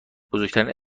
بزرگترین